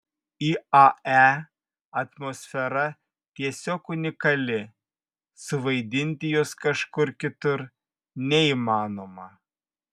iae atmosfera tiesiog unikali suvaidinti jos kažkur kitur neįmanoma